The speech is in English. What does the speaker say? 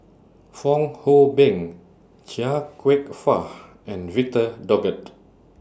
Fong Hoe Beng Chia Kwek Fah and Victor Doggett